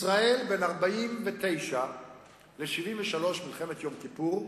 ישראל, בין 1949 ל-1973, מלחמת יום כיפור,